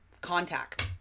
contact